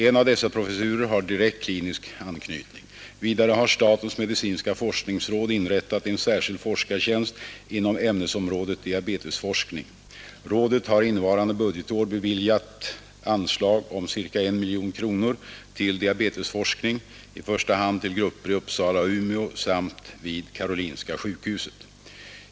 En av dessa professurer har direkt klinisk anknytning. Vidare har statens medicinska forskningsråd inrättat en särskild forskartjänst inom ämnesområdet diabetesforskning. Rådet har innevarande budgetår beviljat anslag om ca 1 miljon kronor till diabetesforskning, i första hand till grupper i Uppsala och Umeå samt vid Karolinska sjukhuset.